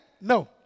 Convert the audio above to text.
no